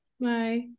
Bye